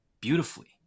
beautifully